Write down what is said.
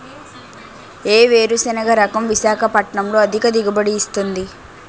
ఏ వేరుసెనగ రకం విశాఖపట్నం లో అధిక దిగుబడి ఇస్తుంది?